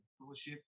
scholarship